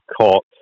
caught